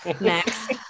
Next